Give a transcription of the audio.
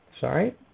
sorry